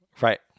Right